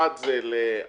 אחד זה לאשראי,